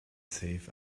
safe